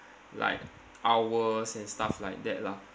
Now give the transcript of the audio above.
like hours and stuff like that lah